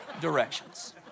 directions